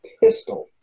pistol